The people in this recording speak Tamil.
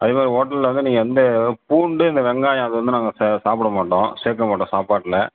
அதே மாதிரி ஹோட்டலில் வந்து நீங்கள் எந்த பூண்டு இந்த வெங்காயம் அது வந்து நாங்கள் சே சாப்பிட மாட்டோம் சேர்க்கமாட்டோம் சாப்பாட்டில்